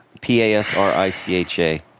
P-A-S-R-I-C-H-A